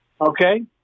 Okay